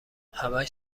همش